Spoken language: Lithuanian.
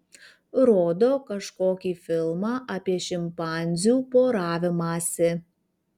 rodo kažkokį filmą apie šimpanzių poravimąsi